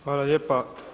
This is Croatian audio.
Hvala lijepa.